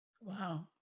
Wow